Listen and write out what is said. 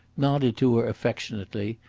nodded to her affectionately,